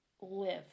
live